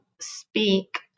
speak